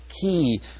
Key